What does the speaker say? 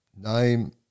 name